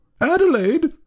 Adelaide